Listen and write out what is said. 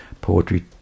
poetry